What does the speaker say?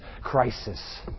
crisis